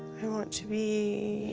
i want to be,